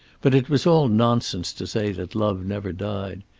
but it was all nonsense to say that love never died.